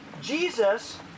Jesus